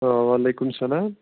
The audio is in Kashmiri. آ وعلیکُم سَلام